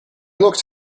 looked